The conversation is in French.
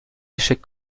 échec